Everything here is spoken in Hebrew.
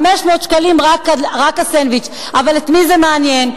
500 שקלים רק הסנדוויץ', אבל את מי זה מעניין?